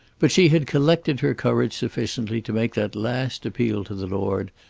but she had collected her courage sufficiently to make that last appeal to the lord,